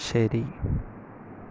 ശരി